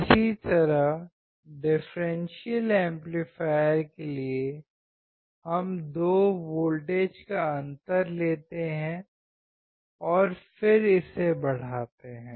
इसी तरह differential amplifier के लिए हम दो वोल्टेज का अंतर लेते हैं और फिर इसे बढ़ाते हैं